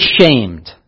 shamed